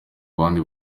abandi